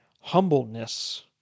humbleness